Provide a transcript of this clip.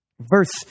Verse